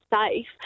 safe